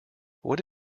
what